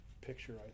picture